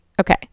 Okay